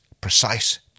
precise